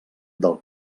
del